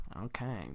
okay